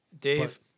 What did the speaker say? Dave